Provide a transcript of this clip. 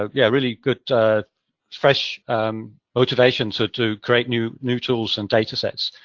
ah yeah, really good fresh motivations ah to create new new tools and datasets.